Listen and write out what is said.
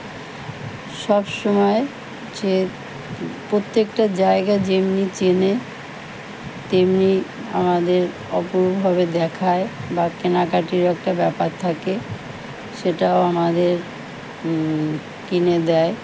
সবসময় যে প্রত্যেকটা জায়গা যেমনি চেনে তেমনি আমাদের অপরূপভাবে দেখায় বা কেনাকাটিরও একটা ব্যাপার থাকে সেটাও আমাদের কিনে দেয়